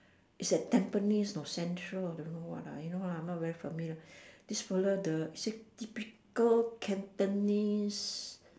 is at tampines know central or don't know what ah you know lah I'm not very familiar this fella the sit typical cantonese